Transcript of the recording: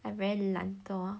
I very 懒惰